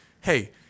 hey